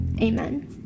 Amen